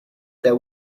there